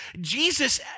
Jesus